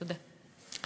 תודה.